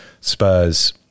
Spurs